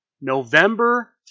November